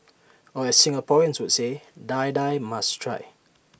or as Singaporeans would say Die Die must try